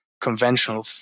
conventional